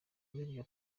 urebye